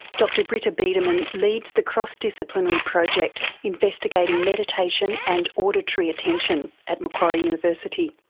dr britta biedermann leads the cross-disciplinary project investigating meditation and auditory attention at macquarie university.